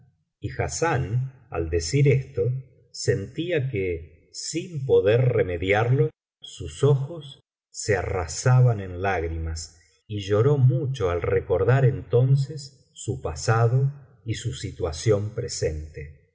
y hassán al decir esto sentía que sin poder remediarlo sus ojos se arrasaban en lágrimas y lloró mucho al recordar entonces su pasado y su situación presente